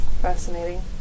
Fascinating